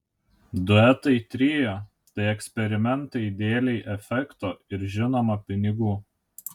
duetai trio tai eksperimentai dėlei efekto ir žinoma pinigų